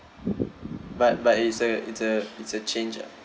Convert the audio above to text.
but but it's a it's a it's a change ah